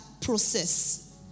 process